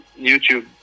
YouTube